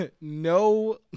no